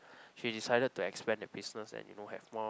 she decided to expend the business and you know have more